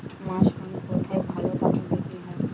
Mushroom কেথায় ভালোদামে বিক্রয় হয়?